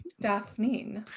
Daphne